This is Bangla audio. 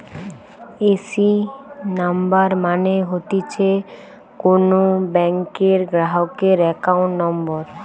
এ.সি নাম্বার মানে হতিছে কোন ব্যাংকের গ্রাহকের একাউন্ট নম্বর